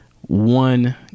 one